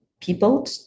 people